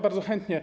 Bardzo chętnie.